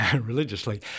Religiously